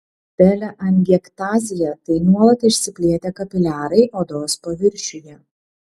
teleangiektazija tai nuolat išsiplėtę kapiliarai odos paviršiuje